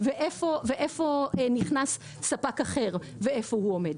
איפה נכנס ספק אחר ואיפה הוא עומד,